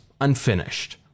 unfinished